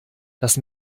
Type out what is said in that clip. das